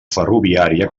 ferroviària